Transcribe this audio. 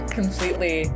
completely